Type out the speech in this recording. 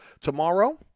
tomorrow